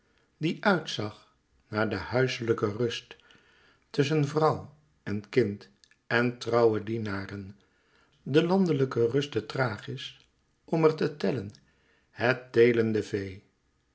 die uit zag naar de huiselijke rust tusschen vrouw en kind en trouwe dienaren de landelijke rust te thrachis om er te tellen het teelende vee